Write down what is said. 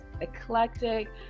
eclectic